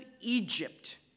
Egypt